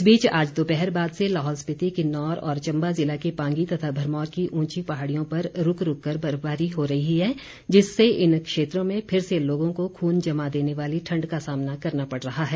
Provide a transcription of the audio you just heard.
इस बीच आज दोपहर बाद से लाहौल स्पीति किन्नौर तथा चम्बा ज़िला के पांगी तथा भरमौर की उंची पहाड़ियों पर रूक रूक कर बर्फबारी हो रही है जिससे इन क्षेत्रों में फिर से लोगों को खून जमा देने वाली ठंड का सामना करना पड़ रहा है